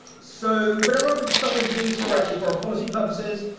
so but a lot of the stuff they do is for, actually, for policy purposes.